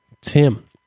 Tim